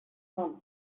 come